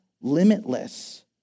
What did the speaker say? limitless